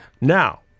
Now